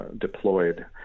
deployed